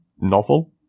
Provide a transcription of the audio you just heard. novel